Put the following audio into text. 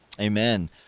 Amen